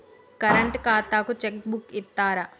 Current ఖాతాకు cheque book ఇత్తరా?